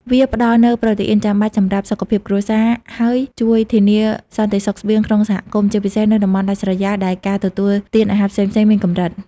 វាផ្តល់នូវប្រូតេអ៊ីនចាំបាច់សម្រាប់សុខភាពគ្រួសារ ហើយជួយធានាសន្តិសុខស្បៀងក្នុងសហគមន៍ ជាពិសេសនៅតំបន់ដាច់ស្រយាលដែលការទទួលបានអាហារផ្សេងៗមានកម្រិត។